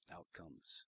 Outcomes